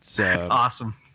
Awesome